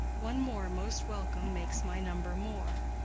one more, most welcome, makes my number more.